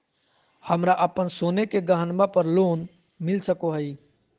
हमरा अप्पन सोने के गहनबा पर लोन मिल सको हइ?